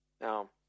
Now